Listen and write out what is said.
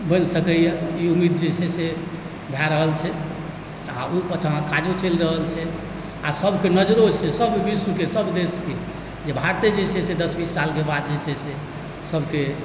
बनि सकैए ई उम्मीद जे छै से भए रहल छै आओर ओहि पाछा काजो चलि रहल छै आओर सबके नजरो छै सब विश्वके सब देशके जे भारते जे छै से दस बीस सालक बाद जे छै से सबके